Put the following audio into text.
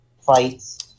fights